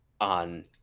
on